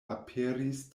aperis